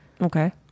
okay